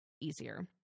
easier